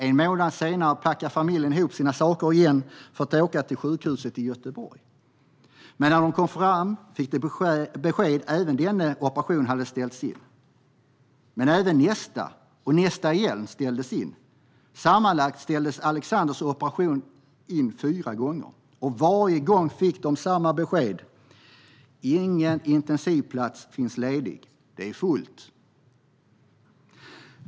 En månad senare packade familjen ihop sina saker för att åka till sjukhuset i Göteborg igen. Men när de kom fram fick de besked om att även den operationen hade ställts in. Även nästa och nästa operation ställdes in. Sammanlagt ställdes Alexanders operation in fyra gånger. Och varje gång fick de samma besked: Ingen intensivvårdsplats finns ledig. Det är fullt.